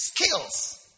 skills